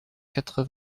quatre